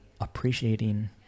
appreciating